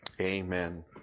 amen